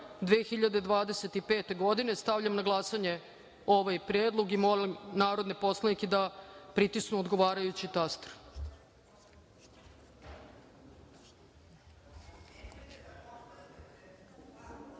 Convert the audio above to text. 2025. godine. Stavljam na glasanje ovaj predlog. Molim narodne poslanike da pritisnu odgovarajući